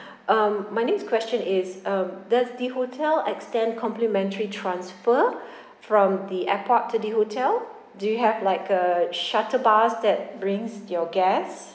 um my next question is um does the hotel extend complimentary transfer from the airport to the hotel do you have like a shuttle bus that brings your guests